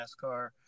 nascar